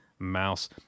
Mouse